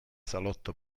salotto